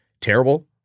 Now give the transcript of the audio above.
terrible